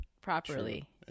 properly